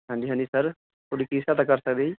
ਹਾਂਜੀ ਹਾਂਜੀ ਸਰ ਤੁਹਾਡੀ ਕੀ ਸਹਾਇਤਾ ਕਰ ਸਕਦੇ ਜੀ